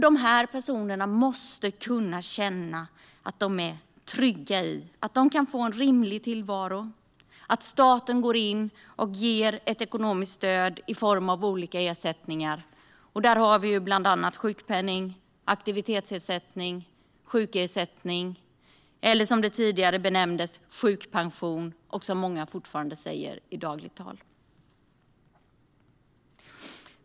Dessa personer måste kunna känna sig trygga i att de får en rimlig tillvaro och att staten går in och ger ekonomiskt stöd i form av olika ersättningar. Där har vi bland annat sjukpenning, aktivitetsersättning och sjukersättning, eller sjukpension som det tidigare benämndes och som många fortfarande säger i dagligt tal.